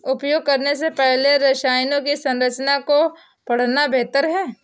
उपयोग करने से पहले रसायनों की संरचना को पढ़ना बेहतर है